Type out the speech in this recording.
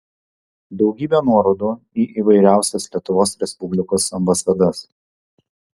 daugybė nuorodų į įvairiausias lietuvos respublikos ambasadas